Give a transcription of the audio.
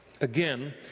again